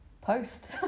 Post